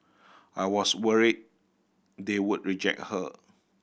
I was worried they would reject her